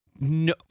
No